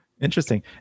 Interesting